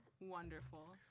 wonderful